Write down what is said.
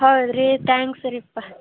ಹೌದು ರೀ ತ್ಯಾಂಕ್ಸ್ ರೀಪ್ಪ